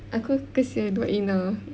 aku kasihan about Ina